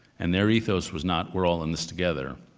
and their ethos was not, we're all in this together.